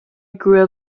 grew